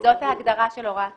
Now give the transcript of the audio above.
אבל זאת ההגדרה של הוראת תשלום.